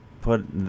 put